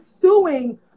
suing